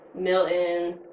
Milton